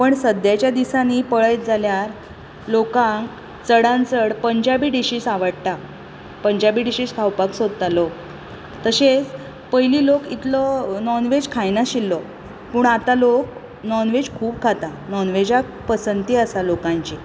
सद्याच्या दिसांनी पळयत जाल्यार लोकांक चडांत चड पंजाबी डिशीज आवडटात पंजाबी डिशीज खावपाक सोदता लोक तशेंचपयलीं लोक इतलो नोनवेज खायनाशिल्लो पूण आतां लोक नोनवेज खूप खाता नोनवेजाक पसंती आसा लोकांची